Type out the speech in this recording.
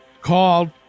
called